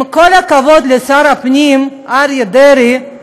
עם כל הכבוד לשר הפנים אריה דרעי,